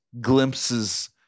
glimpses